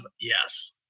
yes